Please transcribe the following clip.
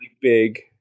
big